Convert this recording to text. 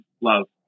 love